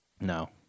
No